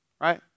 Right